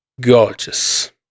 Gorgeous